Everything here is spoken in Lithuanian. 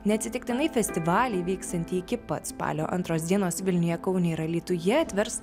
neatsitiktinai festivalį vyksiantį iki pat spalio antros dienos vilniuje kaune ir alytuje atvers